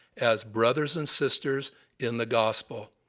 as brothers and sisters in the gospel.